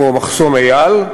כמו מחסום אייל,